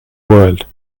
world